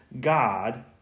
God